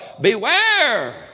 beware